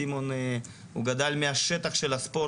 סימון גדל מהשטח של הספורט,